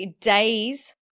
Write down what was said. days